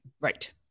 Right